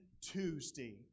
Tuesday